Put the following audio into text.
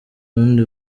bundi